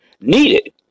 needed